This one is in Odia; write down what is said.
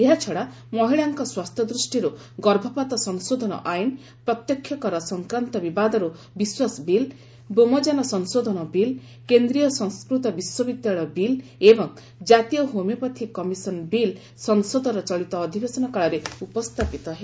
ଏହାଛଡ଼ା ମହିଳାଙ୍କ ସ୍ୱାସ୍ଥ୍ୟ ଦୃଷ୍ଟିରୁ ଗର୍ଭପାତ ସଂଶୋଧନ ଆଇନ ପ୍ରତ୍ୟକ୍ଷ କର ସଂକ୍ରାନ୍ତ ବିବାଦରୁ ବିଶ୍ୱାସ ବିଲ୍ ବ୍ୟୋମଯାନ ସଂଶୋଧନ ବିଲ୍ କେନ୍ଦ୍ରୀୟ ସଂସ୍କୃତ ବିଶ୍ୱବିଦ୍ୟାଳୟ ବିଲ୍ ଏବଂ ଜାତୀୟ ହୋମିଓପାର୍ଥ କମିଶନ୍ ବିଲ୍ ସଂସଦର ଚଳିତ ଅଧିବେଶନ କାଳରେ ଉପସ୍ଥାପିତ ହେବ